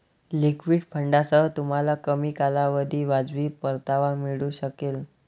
liquid फंडांसह, तुम्हाला कमी कालावधीत वाजवी परतावा मिळू शकेल